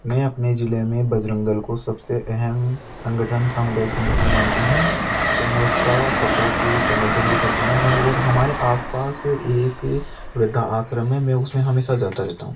मैं अपने ज़िले में बजरंग दल को सब से अहम संगठन सामुदायिक संगठन मानता हूँ और मैं उसका सपोर्ट भी समर्थन भी करता हूँ और हमारे आस पास एक वृद्धा आश्रम है मैं उस में हमेशा जाता रहता हूँ